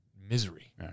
misery